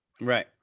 Right